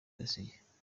dosiye